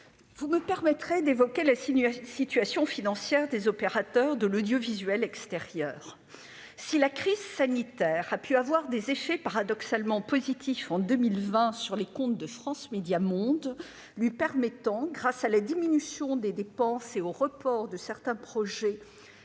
vous me permettrez d'évoquer la situation financière des opérateurs de l'audiovisuel public extérieur. Si la crise sanitaire a pu avoir des effets paradoxalement positifs en 2020 sur les comptes de France Médias Monde (FMM), lui permettant, grâce à la diminution des dépenses et au report de certains projets,